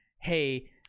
hey